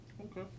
Okay